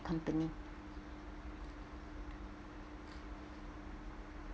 company